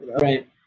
Right